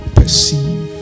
perceive